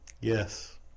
Yes